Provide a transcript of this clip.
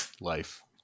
Life